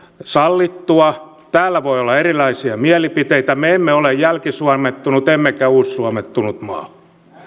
sallittua täällä voi olla erilaisia mielipiteitä me emme ole jälkisuomettunut emmekä uussuomettunut maa